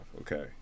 Okay